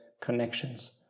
connections